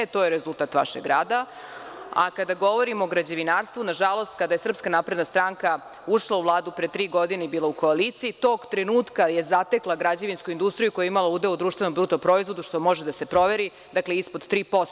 To je rezultat vašeg rada, a kada govorimo o građevinarstvu, nažalost kada je SNS ušla u Vladu pre tri godine i bila u koaliciji tog trenutka je zatekla građevinsku industriju koja je imala udeo u BDP, što može da se proveri, ispod 3%